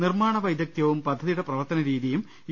നിർമാണവൈദഗ്ധൃവും പദ്ധതിയുടെ പ്രവർത്തന രീതിയും യു